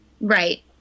Right